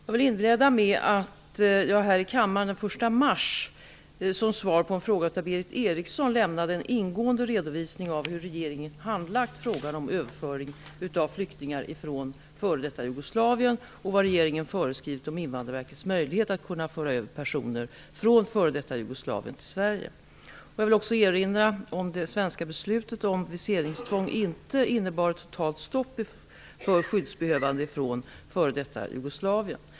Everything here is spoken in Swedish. Jag vill inleda med att jag här i kammaren den 1 mars 1994 som svar på en fråga av Berith Eriksson lämnat en ingående redovisning av hur regeringen handlagt frågan om överföring av flyktingar från f.d. Jugoslavien och vad regeringen föreskrivit om Invandrarverkets möjligheter att kunna föra över personer från f.d. Jugoslavien till Sverige. Jag vill också erinra om att det svenska beslutet om viseringstvång inte innebar ett totalt stopp för skyddsbehövande från f.d. Jugoslavien.